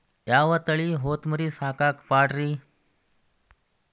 ಯಾವ ತಳಿ ಹೊತಮರಿ ಸಾಕಾಕ ಪಾಡ್ರೇ?